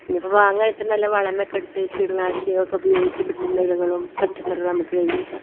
ഇനി ഇപ്പോൾ വാങ്ങുവാണേൽ തന്നെ നല്ല വളമേ ഒക്കെ ഇട്ട് കിടനാശിനി ഉപയോഗിച്ച് കിട്ടുന്ന ഇലകളും പച്ചക്കറികളും നമുക്ക് എനിക്ക്